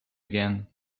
again